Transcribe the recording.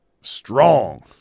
strong